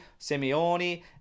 Simeone